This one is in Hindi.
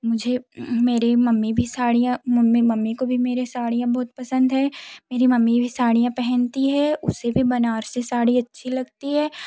मुझे मेरी मम्मी भी साड़ियाँ मम्मी मम्मी को भी मेरी साड़ियाँ बहुत पसंद है मेरी मम्मी भी साड़ियाँ पहनती है उसे भी बनारसी साड़ी अच्छी लगती है